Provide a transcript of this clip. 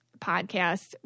podcast